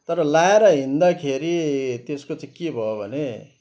तर लगाएर हिँड्दाखेरि त्यसको चाहिँ के भयो भने